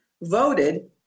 voted